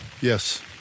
Yes